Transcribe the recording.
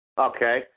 Okay